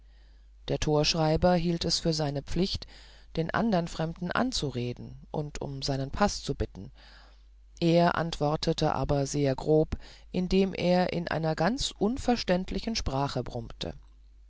der torschreiber hielt es für seine pflicht den andern fremden anzureden und um seinen paß zu bitten er antwortete aber sehr grob indem er in einer ganz unverständlichen sprache brummte